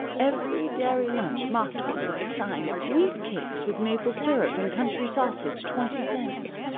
every dairy lunch mocked one with the sign of wheat cakes with maple syrup and country sausage, twenty cents.